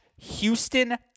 Houston